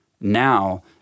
now